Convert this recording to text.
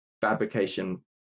fabrication